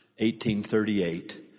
1838